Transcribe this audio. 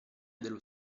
dello